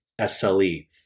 SLE